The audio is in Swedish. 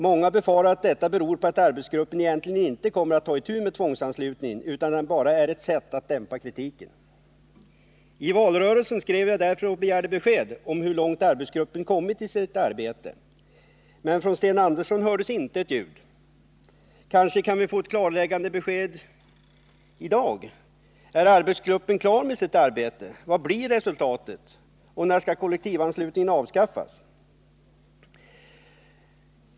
Många befarar att detta beror på att arbetsgruppen egentligen inte kommer att ta itu med tvångsanslutningen, utan att den bara är ett sätt att dämpa kritiken. I valrörelsen skrev jag därför och begärde besked om hur långt arbetsgruppen kommit i sitt arbete. Men från Sten Andersson hördes inte ett ljud. Kanske kan vi få ett klarläggande besked i dag: Är arbetsgruppen klar med sitt arbete? Vad blir resultatet? När skall kollektivanslutningen avskaffas?